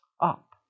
up